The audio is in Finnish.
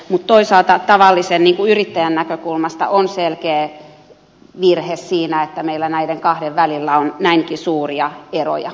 mutta toisaalta tavallisen yrittäjän näkökulmasta on selkeä virhe siinä että meillä näiden kahden välillä on näinkin suuria eroja verotuksen suhteen